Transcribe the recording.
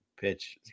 pitch